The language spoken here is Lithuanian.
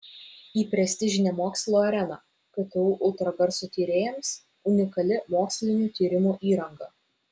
į prestižinę mokslo areną ktu ultragarso tyrėjams unikali mokslinių tyrimų įranga